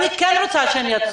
אני כן רוצה שהם יצאו.